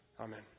Amen